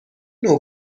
نوع